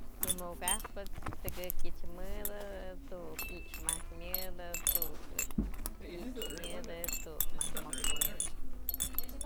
Yë mukëkapëch tëkëkyëch mëdë tu'uk i'ix majk myëdë, tu'uk i'ix myëdë, tu'uk majk mokxë myëdë.